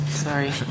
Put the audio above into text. Sorry